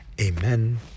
amen